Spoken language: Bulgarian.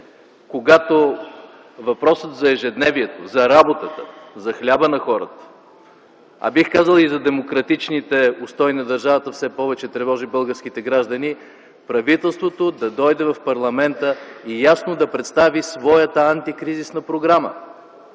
когато въпросът за ежедневието, за работата, за хляба на хората, а бих казал и за демократичните устои на държавата, все повече тревожи българските граждани, правителството да дойде в парламента и ясно да представи своята антикризисна програма,